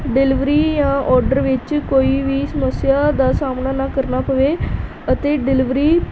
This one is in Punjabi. ਡਿਲੀਵਰੀ ਜਾਂ ਔਡਰ ਵਿੱਚ ਕੋਈ ਵੀ ਸਮੱਸਿਆ ਦਾ ਸਾਹਮਣਾ ਨਾ ਕਰਨਾ ਪਵੇ ਅਤੇ ਡਿਲੀਵਰੀ